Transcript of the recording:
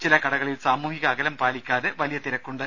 ചില കടകളിൽ സാമൂഹിക അകലം പാലിക്കാതെ വലിയ തിരക്കുണ്ട്